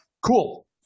Cool